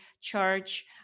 charge